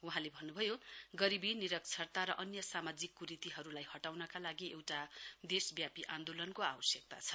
वहाँले भन्न्भयो गरीबी निरक्षरताका र अन्य सामाजिक क्रीतिहरूलाई हटाउनका लागि एउटा देशब्यापी आन्दोलनको आवश्यकता छ